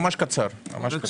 ממש קצר.